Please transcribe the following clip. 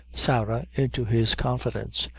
sarah into his confidence,